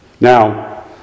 Now